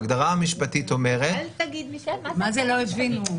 ההגדרה המשפטית אומרת --- אל תגיד --- מה זה לא הבינו?